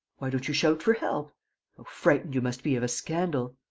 why don't you shout for help? how frightened you must be of a scandal!